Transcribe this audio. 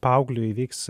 paaugliui įvyks